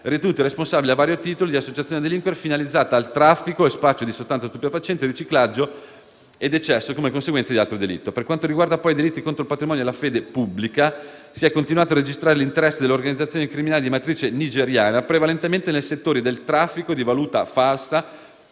ritenuti responsabili, a vario titolo, di associazione a delinquere finalizzata al traffico e spaccio di sostanze stupefacenti, riciclaggio e decesso come conseguenza di altro delitto. Per quanto riguarda, poi, i delitti contro il patrimonio e la fede pubblica, si è continuato a registrare l'interesse delle organizzazioni criminali di matrice nigeriana prevalentemente nei settori del traffico di valuta falsa,